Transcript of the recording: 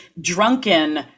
drunken